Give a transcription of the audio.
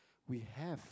we have